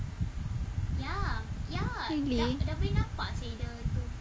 really